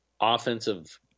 offensive